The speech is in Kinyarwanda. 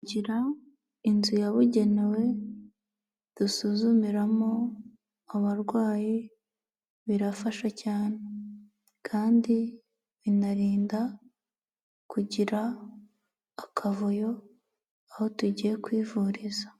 Shyira inzu yabugenewe dusuzumiramo abarwayi birafasha cyane, kandi binarinda kugira akavuyo aho tugiye kwivuriza.